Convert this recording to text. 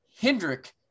Hendrick